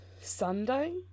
Sunday